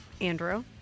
Andrew